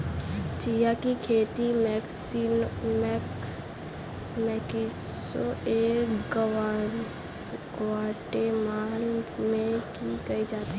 chia की खेती Mexico एवं ग्वाटेमाला में की जाती है